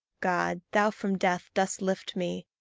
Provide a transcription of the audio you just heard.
god, thou from death dost lift me.